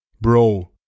Bro